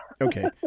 Okay